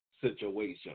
situation